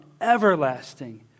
everlasting